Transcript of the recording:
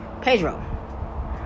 Pedro